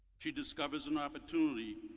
she discovers and opportunity.